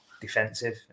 defensive